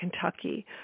Kentucky